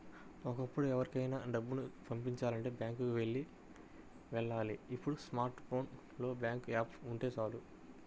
ఒకప్పుడు ఎవరికైనా డబ్బుని పంపిచాలంటే బ్యాంకులకి వెళ్ళాలి ఇప్పుడు స్మార్ట్ ఫోన్ లో బ్యాంకు యాప్ ఉంటే చాలు